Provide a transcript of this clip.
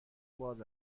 باز